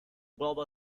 global